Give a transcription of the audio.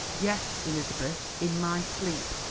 yes, elizabeth, in my sleep.